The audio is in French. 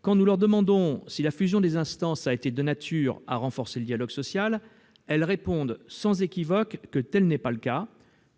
Quand nous leur demandons si la fusion des instances a été de nature à renforcer le dialogue social, elles répondent sans équivoque que tel n'est pas le cas,